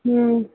हम्म